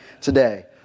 today